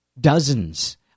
dozens